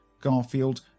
Garfield